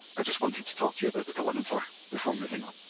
i just wanted to talk to you about the delimiter before moving on.